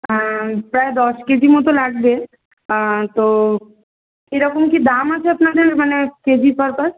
হ্যাঁ প্রায় দশ কেজি মতো লাগবে তো কীরকম কী দাম আছে আপনাদের মানে কেজি পারপাস